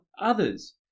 others